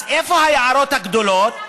אז איפה היערות הגדולים?